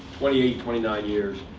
twenty eight, twenty nine years.